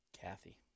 Kathy